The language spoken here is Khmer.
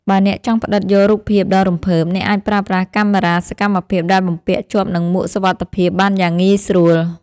បើអ្នកចង់ផ្ដិតយករូបភាពដ៏រំភើប អ្នកអាចប្រើប្រាស់កាមេរ៉ាសកម្មភាពដែលបំពាក់ជាប់នឹងមួកសុវត្ថិភាពបានយ៉ាងងាយស្រួល។